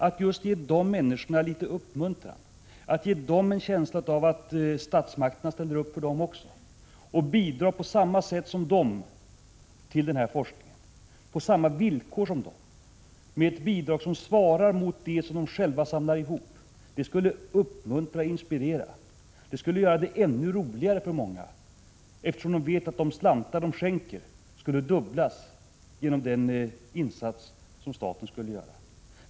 Att ge de människorna litet uppmuntran, att ge dem en känsla av att statsmakterna ställer upp för dem också genom att bidra på samma sätt som de till den här forskningen och på samma villkor som de, med ett bidrag som svarar mot det som de själva samlar ihop, skulle uppmuntra och inspirera. Det skulle göra det ännu roligare för många, eftersom de vet att de slantar de skänker skulle dubblas genom den insats som staten skulle göra.